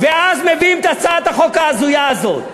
ואז מביאים את הצעת החוק ההזויה הזאת.